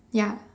ya